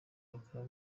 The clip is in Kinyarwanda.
bakaba